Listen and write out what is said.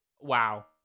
Wow